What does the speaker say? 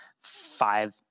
five